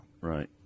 Right